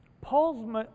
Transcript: Paul's